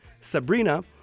Sabrina